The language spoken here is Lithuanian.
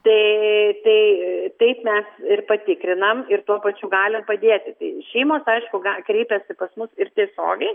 tai tai taip mes ir patikrinam ir tuo pačiu galim padėti šeimos aišku ga kreipiasi pas mus ir tiesiogiai